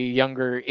younger